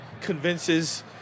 convinces